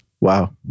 Wow